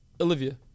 Olivia